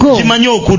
go